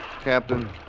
Captain